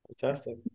Fantastic